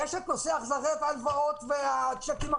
יש את נושא החזרי ההלוואות והצ'קים החוזרים.